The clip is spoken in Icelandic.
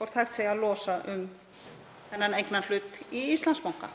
hvort hægt sé að losa um þennan eignarhlut í Íslandsbanka.